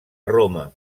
roma